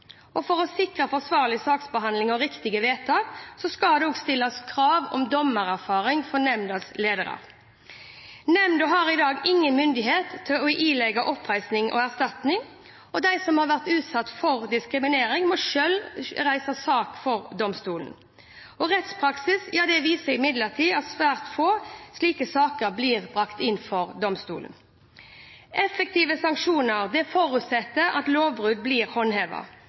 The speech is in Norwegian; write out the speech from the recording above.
forsvarlig. For å sikre forsvarlig saksbehandling og riktige vedtak skal det også stilles krav om dommererfaring for nemndas ledere. Nemnda har i dag ingen myndighet til å ilegge oppreisning og erstatning. De som har vært utsatt for diskriminering, må selv reise sak for domstolene. Rettspraksis viser imidlertid at svært få slike saker blir brakt inn for domstolene. Effektive sanksjoner forutsetter at lovbrudd blir